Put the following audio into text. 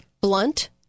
blunt